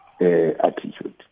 attitude